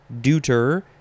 deuter